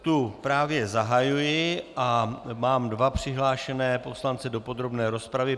Tu právě zahajuji a mám dva přihlášené poslance do podrobné rozpravy.